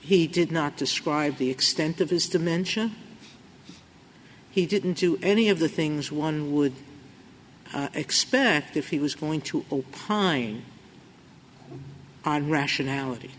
he did not describe the extent of his dementia he didn't do any of the things one would expect if he was going to opine od rationality